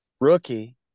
rookie